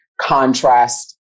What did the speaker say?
contrast